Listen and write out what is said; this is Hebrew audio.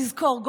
תזכור,